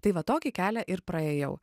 tai va tokį kelią ir praėjau